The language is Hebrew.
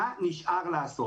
מה נשאר לעשות?